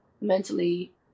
mentally